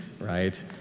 right